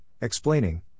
explaining